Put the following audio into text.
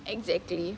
exactly